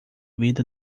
vida